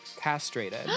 castrated